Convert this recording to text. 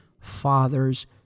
fathers